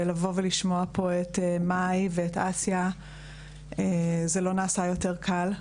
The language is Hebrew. ולבוא ולשמוע פה את מאי ואת אסיה זה לא נעשה יותר קל.